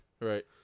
Right